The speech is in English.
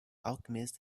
alchemist